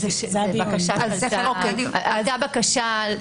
הייתה בקשה.